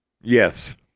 Yes